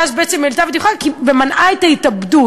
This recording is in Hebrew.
ואז בעצם העלתה ודיווחה ומנעה את ההתאבדות.